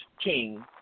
king